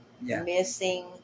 missing